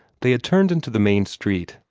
they had turned into the main street,